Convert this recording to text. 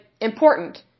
important